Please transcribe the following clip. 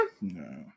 No